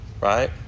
right